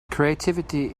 creativity